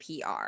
pr